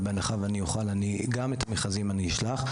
אבל בהנחה ואני אוכל גם את המכרזים אני אשלח.